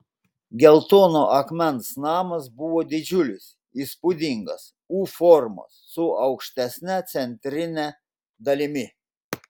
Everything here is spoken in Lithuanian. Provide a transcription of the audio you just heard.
geltono akmens namas buvo didžiulis įspūdingas u formos su aukštesne centrine dalimi